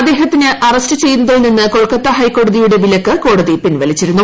അദ്ദേഹത്തിന് അറസ്റ്റ് ചെയ്യുന്നതിൽ നിന്ന് കൊൽക്കത്താ ഹൈക്കോട്തിയുടെ വിലക്ക് കോടതി പിൻവലിച്ചിരുന്നു